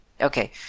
Okay